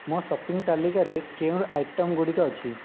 ମୋ ସପିଂ ତାଲିକାରେ କେଉଁ ଆଇଟମ୍ ଗୁଡ଼ିକ ଅଛି